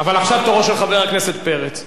אבל עכשיו תורו של חבר הכנסת פרץ.